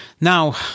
Now